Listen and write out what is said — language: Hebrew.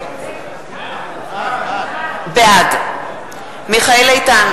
בעד מיכאל איתן,